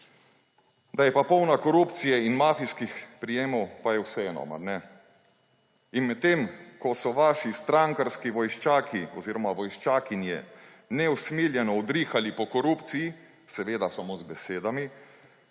Da je popolna korupcije in mafijskih prejemov pa je vseeno. Mar ne? Ko so vaši strankarski vojščaki oziroma vojščakinje neusmiljeno udrihali po korupciji, seveda samo z besedami,